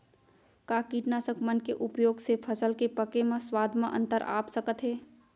का कीटनाशक मन के उपयोग से फसल के पके म स्वाद म अंतर आप सकत हे?